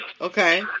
Okay